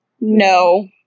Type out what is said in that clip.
No